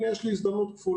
הנה יש לי הזדמנות כפולה,